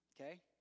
Okay